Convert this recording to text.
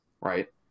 right